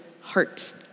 heart